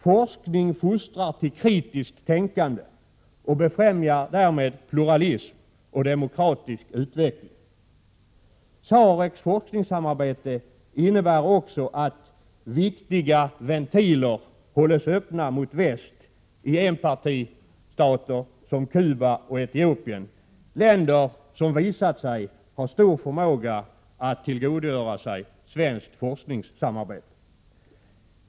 Forskning fostrar till kritiskt tänkande och befrämjar därmed pluralism och demokratisk utveckling. SAREC:s forskningssamarbete innebär också att viktiga ventiler hålls öppna mot väst i enpartistater som Cuba och Etiopien, länder som har visat sig ha stor förmåga att tillgodogöra sig svenskt forskningssamarbete.